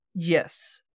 Yes